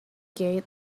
gate